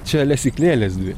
čia lesyklėlės dvi